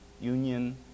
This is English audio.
Union